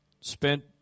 spent